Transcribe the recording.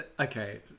Okay